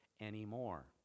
anymore